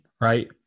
right